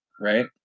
Right